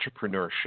entrepreneurship